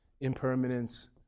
impermanence